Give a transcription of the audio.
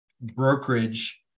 brokerage